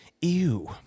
Ew